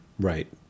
right